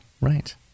Right